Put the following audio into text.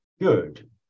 good